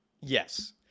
Yes